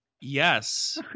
Yes